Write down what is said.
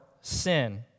sin